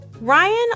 Ryan